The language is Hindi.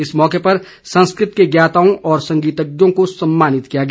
इस अवसर पर संस्कृत के ज्ञाताओं और संगीतज्ञों को सम्मानित किया गया